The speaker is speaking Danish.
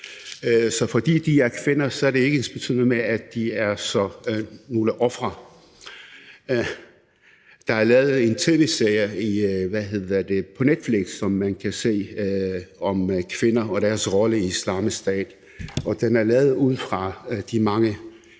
Så fordi de er kvinder, er det ikke ensbetydende med, at de er nogle ofre. Der er lavet en tv-serie på Netflix, som man kan se, om kvinder og deres rolle i Islamisk Stat. Den er lavet ud fra de mange